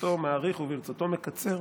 ברצותו מאריך וברצותו מקצר,